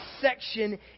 section